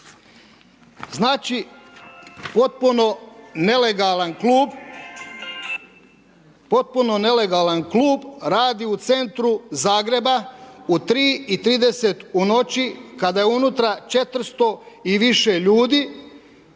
Znači, potpuno nelegalan klub radi u centru Zagreba u 3 i 30 u noći kada je unutra 400 i više ljudi